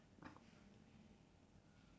all combination ah